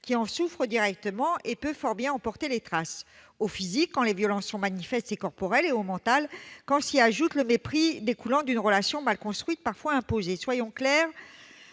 qui en souffre directement et peut fort bien en porter les traces, tant physiquement, quand les violences sont manifestes et corporelles, que mentalement, quand s'y ajoute le mépris découlant d'une relation mal construite, parfois imposée. Soyons clairs